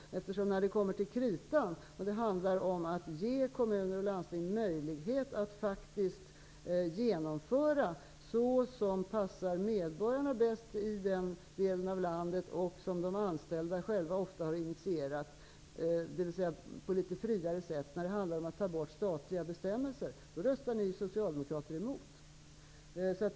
När det kommer till kritan och det handlar om att ge kommuner och landsting möjlighet att faktiskt göra så som det passar medborgarna bäst i den delen av landet och som de anställda själva ofta har initierat, dvs. på litet friare sätt, när det handlar om att ta bort statliga bestämmelser, då röstar ni socialdemokrater emot.